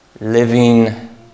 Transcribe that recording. living